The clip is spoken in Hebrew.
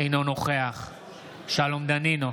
אינו נוכח שלום דנינו,